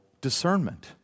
discernment